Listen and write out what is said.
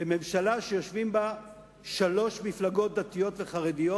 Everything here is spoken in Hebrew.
בממשלה שיושבות בה שלוש מפלגות דתיות וחרדיות,